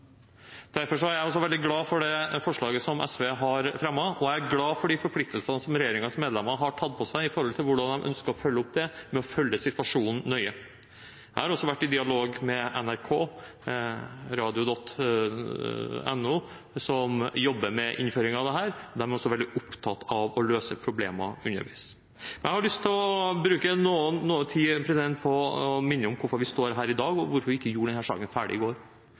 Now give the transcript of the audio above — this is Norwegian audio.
er jeg også veldig glad for det forslaget som SV har fremmet, og jeg er glad for de forpliktelsene som regjeringens medlemmer har tatt på seg, som gjelder hvordan de ønsker å følge det opp, ved å følge situasjonen nøye. Jeg har også vært i dialog med radio.nrk.no, som jobber med innføringen av dette. De er også veldig opptatt av å løse problemer underveis. Jeg har lyst til å bruke noe tid på å minne om hvorfor vi står her i dag, og hvorfor vi ikke gjorde denne saken ferdig i går.